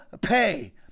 pay